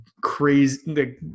crazy